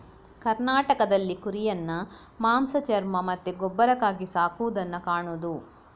ಕರ್ನಾಟಕದಲ್ಲಿ ಕುರಿಯನ್ನ ಮಾಂಸ, ಚರ್ಮ ಮತ್ತೆ ಗೊಬ್ಬರಕ್ಕಾಗಿ ಸಾಕುದನ್ನ ಕಾಣುದು